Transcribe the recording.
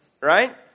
right